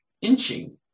inching